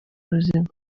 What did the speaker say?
ubuzima